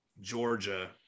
Georgia